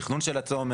את התכנון של הצומת,